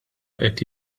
qed